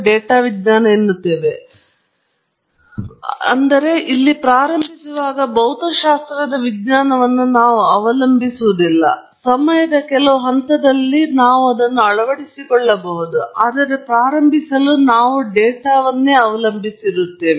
data ವಿಜ್ಞಾನವಿದೆ ಆದರೆ ಪ್ರಾರಂಭಿಸಲು ಭೌತಶಾಸ್ತ್ರದ ವಿಜ್ಞಾನವನ್ನು ನಾವು ಅವಲಂಬಿಸುವುದಿಲ್ಲ ಸಮಯದ ಕೆಲವು ಹಂತದಲ್ಲಿ ನಾವು ಅಳವಡಿಸಿಕೊಳ್ಳಬಹುದು ಆದರೆ ಪ್ರಾರಂಭಿಸಲು ನಾವು ಡೇಟಾವನ್ನು ಅವಲಂಬಿಸಿರುತ್ತೇವೆ